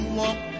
walk